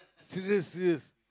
serious serious